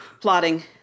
plotting